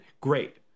great